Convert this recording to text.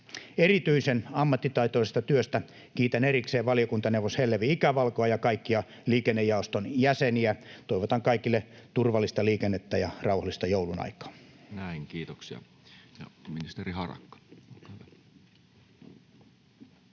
Erityisen ammattitaitoisesta työstä kiitän erikseen valiokuntaneuvos Hellevi Ikävalkoa ja kaikkia liikennejaoston jäseniä. Toivotan kaikille turvallista liikennettä ja rauhallista joulunaikaa.